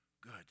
good